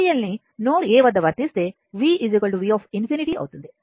KCL ను node A వద్ద వర్తిస్తే v v∞ అవుతుంది